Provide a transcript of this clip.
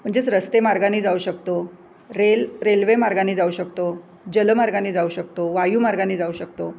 म्हणजेच रस्तेमार्गाने जाऊ शकतो रेल रेल्वे मार्गाने जाऊ शकतो जलमार्गाने जाऊ शकतो वायुमार्गाने जाऊ शकतो